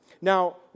Now